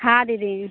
हाँ दीदी